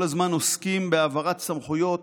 כל הזמן עוסקים בהעברת סמכויות.